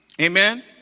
amen